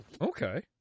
Okay